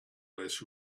less